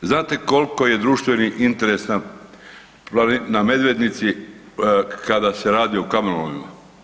Znate koliko je društveni interes na Medvednici kada se radi o kamenolomima?